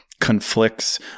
conflicts